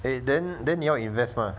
eh then then 你要 invest mah